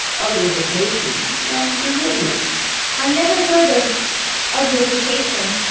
uglification, and derision i never heard of uglification,